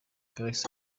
galaxy